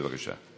בבקשה,